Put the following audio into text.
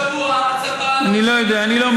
השבוע הצבא, אני לא יודע.